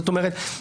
זאת אומרת,